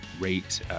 rate